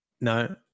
No